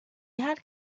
had